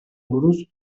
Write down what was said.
buruz